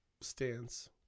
stance